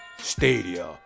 Stadia